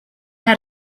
how